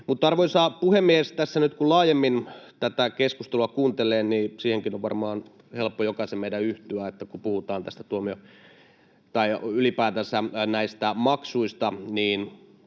Arvoisa puhemies! Kun tässä nyt laajemmin tätä keskustelua kuuntelee, niin siihenkin on varmaan helppo meidän jokaisen yhtyä, että kun puhutaan ylipäätänsä näistä maksuista,